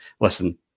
Listen